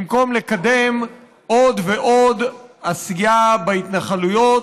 במקום לקדם עוד ועוד עשייה בהתנחלויות,